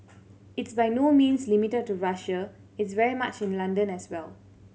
it's by no means limited to Russia it's very much in London as well